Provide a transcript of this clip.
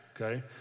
okay